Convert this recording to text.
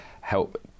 help